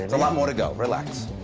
a lot more to go. relax.